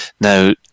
Now